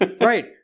Right